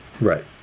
Right